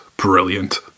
brilliant